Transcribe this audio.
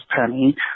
penny